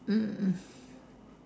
mm mm